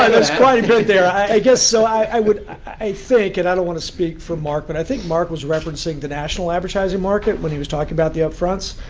there was quite a bit there. i guess, so i would i think, and i don't want to speak for marc, but i think marc was referencing the national advertising market when he was talking about the upfronts.